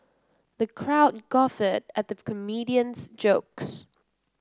the crowd guffawed at the comedian's jokes